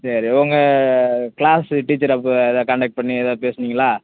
சரி உங்கள் கிளாஸு டீச்சரை அப்போ ஏதாவது காண்டேக்ட் பண்ணி ஏதாவது பேசுனீங்களா